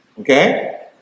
Okay